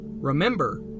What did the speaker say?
remember